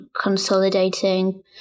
consolidating